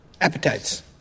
Appetites